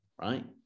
right